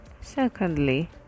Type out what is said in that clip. Secondly